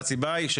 הסיבה היא,